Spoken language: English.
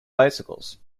bicycles